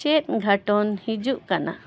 ᱪᱮᱫ ᱜᱷᱚᱴᱚᱱ ᱦᱤᱡᱩᱜ ᱠᱟᱱᱟ